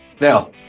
Now